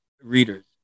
readers